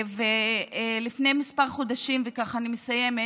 לפני כמה חודשים, וככה אני מסיימת,